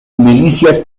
milicias